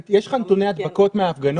יש לך נתוני הדבקות מן ההפגנות?